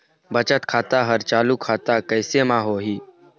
बचत खाता हर चालू खाता कैसे म होही?